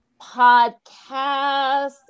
podcast